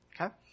Okay